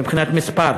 מבחינת מספר.